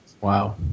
Wow